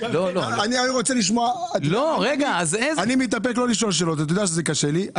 אני מתאפק לא לשאול שאלות ואתה יודע שזה קשה לי.